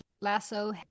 Lasso